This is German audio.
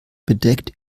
bedeckt